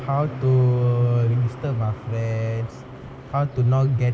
how to disturb my friends how to not get